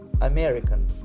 american